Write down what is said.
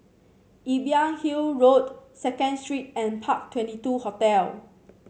Imbiah Hill Road Second Street and Park Twenty two Hotel